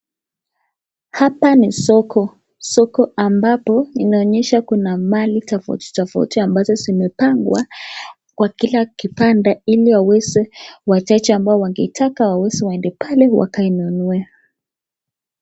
Hapa ni soko. Soko ambapo inaonyesha kuna mali tofauti tofauti ambazo zimepangwa kwa kila kipande ili wateja ambao wangetaka waweze waende pale wakainunue.